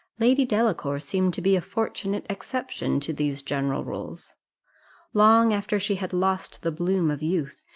lady delacour seemed to be a fortunate exception to these general rules long after she had lost the bloom of youth,